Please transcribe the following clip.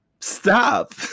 Stop